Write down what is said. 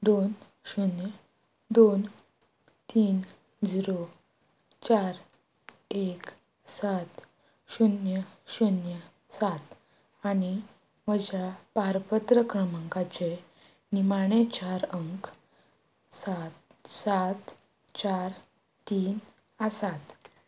दोन शुन्य दोन तीन झिरो चार एक सात शुन्य शुन्य सात आनी म्हज्या पारपत्र क्रमांकाचे निमाणे चार अंक सात सात चार तीन आसात